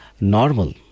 normal